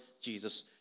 Jesus